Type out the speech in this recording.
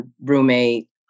roommate